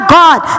god